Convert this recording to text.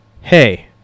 hey